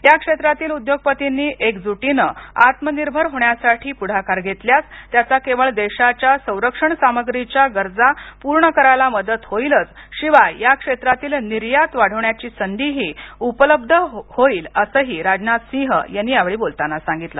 या क्षेत्रातील उद्योगपतींनी एकजुटीने आत्मनिर्भर होण्यासाठी पुढाकार घेतल्यास त्याचा केवळ देशाच्या संरक्षण सामग्रीच्या गरजा पूर्ण करायला मदत होईलच शिवाय या क्षेत्रातील निर्यात वाढवण्याची संधीही उपलब्ध होईल असं राजनाथ सिंह यांनी यावेळी बोलताना सांगितलं